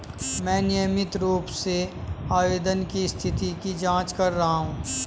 मैं नियमित रूप से आवेदन की स्थिति की जाँच कर रहा हूँ